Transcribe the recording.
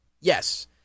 Yes